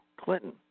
Clinton